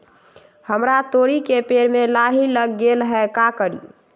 हमरा तोरी के पेड़ में लाही लग गेल है का करी?